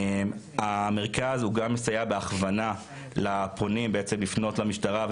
המרכז גם מסייע בהכוונה לפונים בעצם לפנות למשטרה,